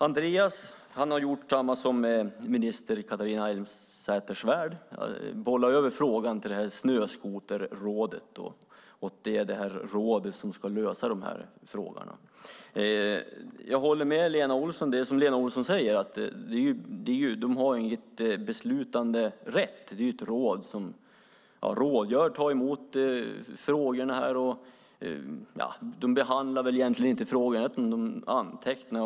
Andreas Carlgren har, liksom Catharina Elmsäter-Svärd, bollat över frågan till Nationella Snöskoterrådet. Det är detta råd som ska lösa dessa frågor. Jag håller med Lena Olsson om att rådet inte har någon beslutsrätt. Det är ett råd som ska ta emot frågorna, men man behandlar egentligen inte frågorna.